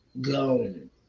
Gone